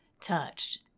touched